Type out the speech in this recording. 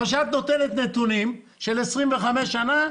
אבל כשאת נותנת נתונים של 25 שנה,